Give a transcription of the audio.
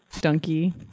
donkey